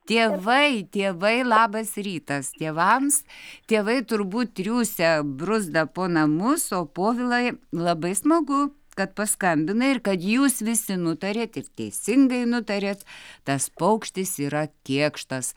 tėvai tėvai labas rytas tėvams tėvai turbūt triūsia bruzda po namus o povilai labai smagu kad paskambinai ir kad jūs visi nutarėt ir teisingai nutarėt tas paukštis yra kėkštas